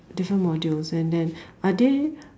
different modules and then are they